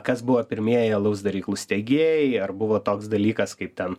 kas buvo pirmieji alaus daryklų steigėjai ar buvo toks dalykas kaip ten